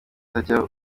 utajya